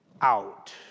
Out